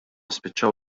spiċċaw